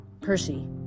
Percy